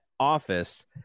office